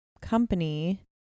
company